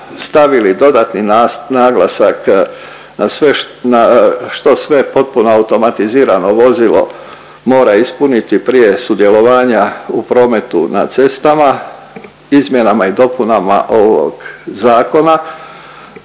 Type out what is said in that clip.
stavili dodatni naglasak na sve št… na što sve potpuno automatizirano vozilo mora ispuniti prije sudjelovanja u prometu na cestama izmjenama i dopunama ovog zakona